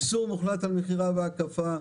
איסור מוחלט על מכירה בהקפה,